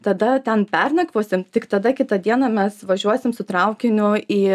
tada ten pernakvosim tik tada kitą dieną mes važiuosim su traukiniu į